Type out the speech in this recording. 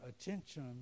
attention